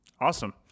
Awesome